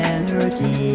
Energy